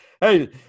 Hey